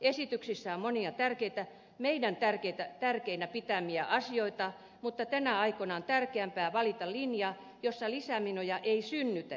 esityksissä on monia meidän tärkeinä pitämiämme asioita mutta tänä aikana on tärkeämpää valita linja jossa lisämenoja ei synnytetä